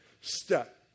step